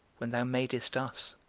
when thou madest us